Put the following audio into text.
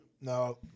No